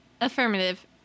Affirmative